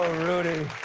rudy!